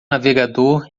navegador